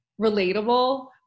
relatable